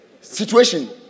situation